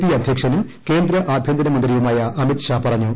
P അധൃക്ഷനും കേന്ദ്ര ആഭ്യന്തരമന്ത്രിയുമായ അമിത്ഷാ പറഞ്ഞു